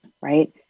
right